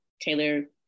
Taylor-